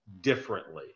differently